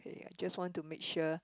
ya just want to make sure